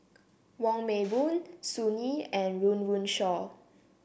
Wong Meng Voon Sun Yee and Run Run Shaw